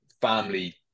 family